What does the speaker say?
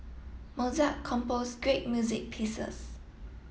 Mozart composed great music pieces